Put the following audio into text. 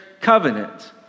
covenant